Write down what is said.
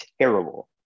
terrible